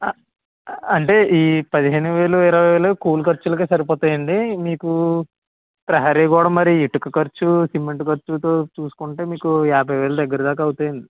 అంటే ఈ పదిహేను వేలు ఇరవై వేలు కూలి ఖర్చులకే సరిపోతాయండి మీకు ప్రహరీ గోడ మరి ఇటుక ఖర్చు సిమెంటు ఖర్చుతో చూసుకుంటే మీకు యాభై వేలు దగ్గర దాక అవుతాయండి